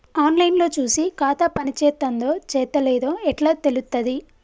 On line లో చూసి ఖాతా పనిచేత్తందో చేత్తలేదో ఎట్లా తెలుత్తది?